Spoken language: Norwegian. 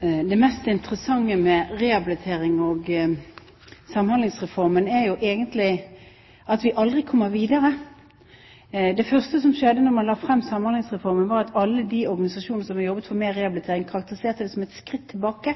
Det mest interessante med rehabilitering og Samhandlingsreformen er jo egentlig at vi aldri kommer videre. Det første som skjedde da man la frem Samhandlingsreformen, var at alle de organisasjonene som jobbet for mer rehabilitering, karakteriserte den som et skritt tilbake.